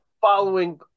following